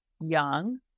young